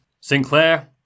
Sinclair